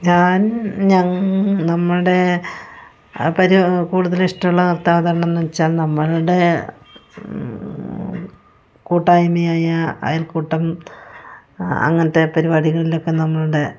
ഞാൻ നമ്മളുടെ കൂടുതൽ ഇഷ്ടമുള്ള നിർത്താവതരണമെന്നുവച്ചാൽ നമ്മളുടെ കൂട്ടായ്മയായ അയൽക്കൂട്ടം അങ്ങനത്തെ പരിപാടികളിലക്കെ നമ്മളുടെ